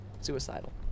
suicidal